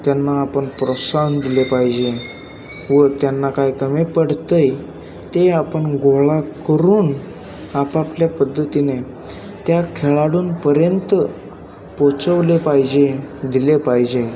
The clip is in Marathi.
त्यांना आपण प्रोत्साहन दिले पाहिजे व त्यांना काय कमी पडतं आहे ते आपण गोळा करून आपापल्या पद्धतीने त्या खेळाडूंपर्यंत पोचवले पाहिजे दिले पाहिजे